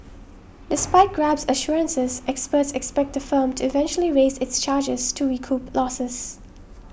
despite Grab's assurances experts expect the firm to eventually raise its charges to recoup losses